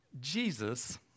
Jesus